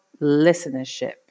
listenership